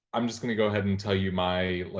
i'm just gonna go ahead and tell you my